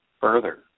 further